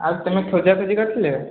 ଆଉ ତୁମେ ଖୋଜାଖୋଜି କରିଥିଲ